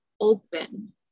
open